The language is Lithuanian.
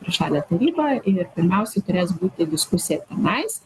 trišalę tarybą ir pirmiausiai turės būti diskusija tenais